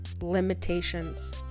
limitations